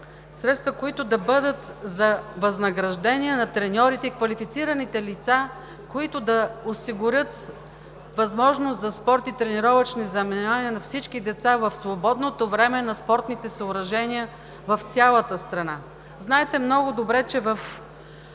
милиона, които да бъдат за възнаграждение на треньорите и квалифицираните лица, които да осигурят възможност за спорт, тренировъчни занимания на всички деца в свободното време на спортните съоръжения в цялата страна. Знаете много добре, че в